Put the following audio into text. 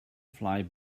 fly